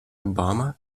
obama